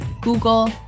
Google